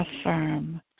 affirm